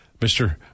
Mr